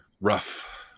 rough